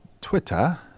Twitter